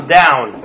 down